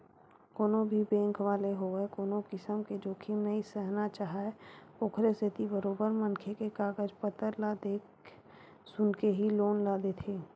कोनो भी बेंक वाले होवय कोनो किसम के जोखिम नइ सहना चाहय ओखरे सेती बरोबर मनखे के कागज पतर ल देख सुनके ही लोन ल देथे